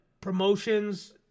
promotions